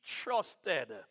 trusted